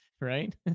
right